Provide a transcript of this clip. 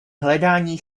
hledání